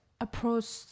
approach